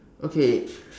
okay